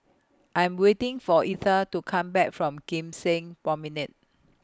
I'm waiting For Etha to Come Back from Kim Seng Promenade